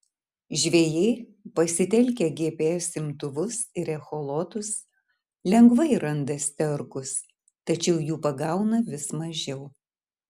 žvejai pasitelkę gps imtuvus ir echolotus lengvai randa sterkus tačiau jų pagauna vis mažiau